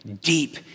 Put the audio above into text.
deep